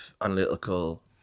analytical